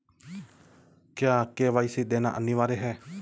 क्या के.वाई.सी देना अनिवार्य है?